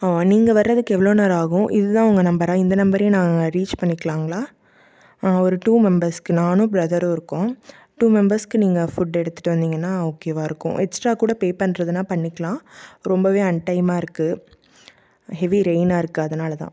ஆ நீங்கள் வர்றதுக்கு எவ்வளோ நேரம் ஆகும் இது தான் உங்கள் நம்பராக இந்த நம்பரையே நான் ரீச் பண்ணிக்கிலாங்களா ஒரு டூ மெம்பர்ஸ்க்கு நானும் ப்ரதரும் இருக்கோம் டூ மெம்பர்ஸ்க்கு நீங்கள் ஃபுட்டு எடுத்துட்டு வந்தீங்கன்னால் ஓகேவா இருக்கும் எக்ஸ்ட்ரா கூட பே பண்ணுறதுனா பண்ணிக்கலாம் ரொம்பவே அன்டைமாக இருக்குது ஹெவி ரெயினாக இருக்குது அதனால் தான்